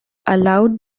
allowed